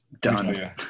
done